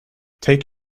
take